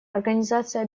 организация